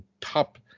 top